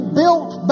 built